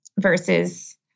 versus